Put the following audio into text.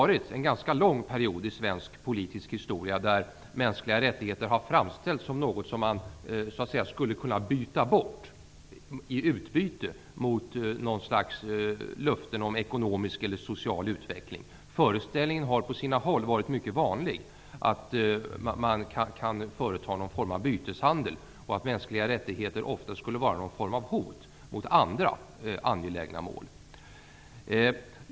Under en ganska lång period i svensk politisk historia har mänskliga rättigheter framställts som något man skulle kunna byta bort mot löften om ekonomisk eller social utveckling. Föreställningen har på sina håll varit mycket vanlig, att man kan företa någon form av byteshandel och att mänskliga rättigheter ofta skulle vara ett hot mot andra angelägna mål.